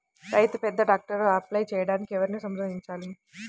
రైతు పెద్ద ట్రాక్టర్కు అప్లై చేయడానికి ఎవరిని సంప్రదించాలి?